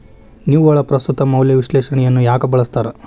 ನಿವ್ವಳ ಪ್ರಸ್ತುತ ಮೌಲ್ಯ ವಿಶ್ಲೇಷಣೆಯನ್ನ ಯಾಕ ಬಳಸ್ತಾರ